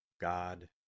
God